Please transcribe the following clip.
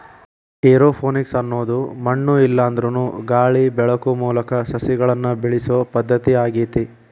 aeroponics ಅನ್ನೋದು ಮಣ್ಣು ಇಲ್ಲಾಂದ್ರನು ಗಾಳಿ ಬೆಳಕು ಮೂಲಕ ಸಸಿಗಳನ್ನ ಬೆಳಿಸೋ ಪದ್ಧತಿ ಆಗೇತಿ